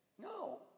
no